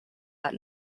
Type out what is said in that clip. that